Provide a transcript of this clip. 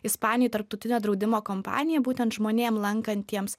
ispanijoj tarptautinio draudimo kompanija būtent žmonėm lankantiems